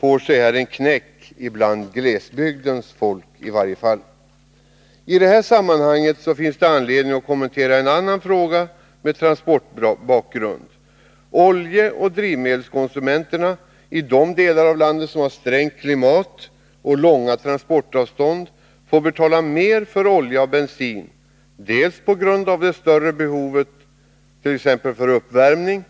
får sig här en knäck, i varje fall bland glesbygdens folk. I detta sammanhang finns det anledning att kommentera en annan fråga med transportbakgrund. Oljeoch drivmedelskonsumenterna i de delar av landet som har strängt klimat och långa transportavstånd har större utgifter för olja och bensin. En orsak är det större behovet av olja för t.ex. uppvärmning.